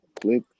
Click